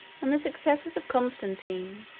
and the successors of constantine,